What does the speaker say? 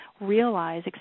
realize